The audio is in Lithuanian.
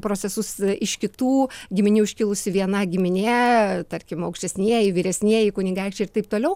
procesus iš kitų giminių iškilusi viena giminė tarkim aukštesnieji vyresnieji kunigaikščiai ir taip toliau